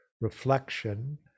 reflection